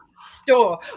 store